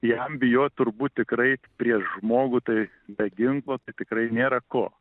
jam bijot turbūt tikrai prieš žmogų tai be ginklo tikrai nėra ko